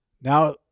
Now